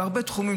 בהרבה תחומים,